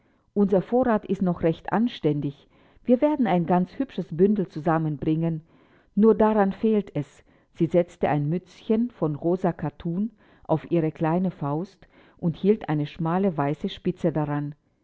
unser vorrat ist noch recht anständig wir werden ein ganz hübsches bündel zusammenbringen nur daran fehlt es sie setzte ein mützchen von rosa kattun auf ihre kleine faust und hielt eine schmale weiße spitze daran